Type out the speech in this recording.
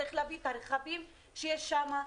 צריך להביא את הרכבים שיש שם,